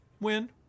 win